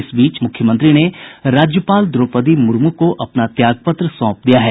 इस बीच मुख्यमंत्री ने राज्यपाल द्रौपदी मुर्मु को अपना त्यागपत्र सौंप दिया है